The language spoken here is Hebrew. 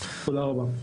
תודה רבה.